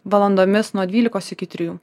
valandomis nuo dvylikos iki trijų